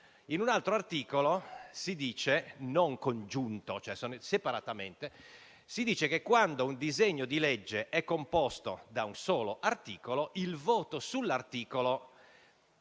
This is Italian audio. ma separato, si dice che, quando un disegno di legge è composto da un solo articolo, il voto sull'articolo